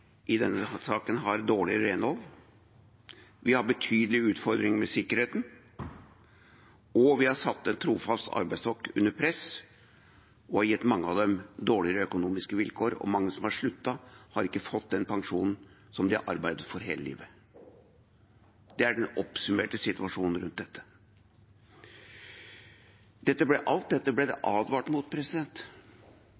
har satt en trofast arbeidsstokk under press og gitt mange av dem dårligere økonomiske vilkår, og mange som har sluttet, har ikke fått den pensjonen de har arbeidet for hele livet. Det er den oppsummerte situasjonen rundt dette. Alt dette ble det advart mot. Vi sa: Ikke gjør dette, for det vil føre til disse tingene. Vi ble avvist. Det